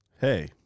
Hey